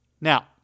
Now